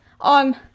on